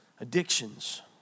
addictions